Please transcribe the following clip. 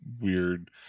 weird